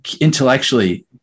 intellectually